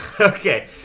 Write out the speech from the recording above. Okay